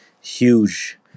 huge